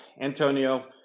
Antonio